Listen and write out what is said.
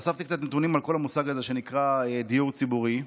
אספתי קצת נתונים על כל המושג הזה שנקרא דיור ציבורי.